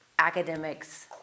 academics